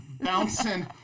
bouncing